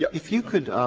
yeah if you could